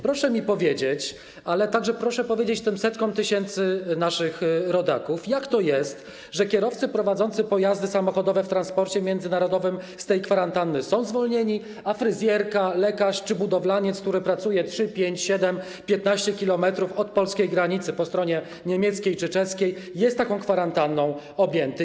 Proszę mi powiedzieć, ale także proszę powiedzieć tym setkom tysięcy naszych rodaków, jak to jest, że kierowcy prowadzący pojazdy samochodowe w transporcie międzynarodowym z tej kwarantanny są zwolnieni, a fryzjerka, lekarz czy budowlaniec, który pracuje 3, 5, 7, 15 km od polskiej granicy po stronie niemieckiej czy czeskiej, jest taką kwarantanną objęty.